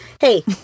hey